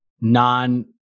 non